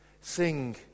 sing